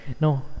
No